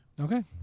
okay